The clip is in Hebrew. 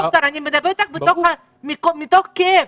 ד"ר, אני מדברת אתך מתוך כאב.